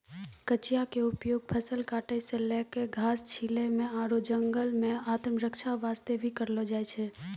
कचिया के उपयोग फसल काटै सॅ लैक घास छीलै म आरो जंगल मॅ आत्मरक्षा वास्तॅ भी करलो जाय छै